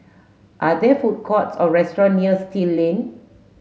are there food courts or restaurant near Still Lane